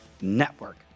network